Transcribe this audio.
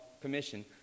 commission